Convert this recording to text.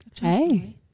Hey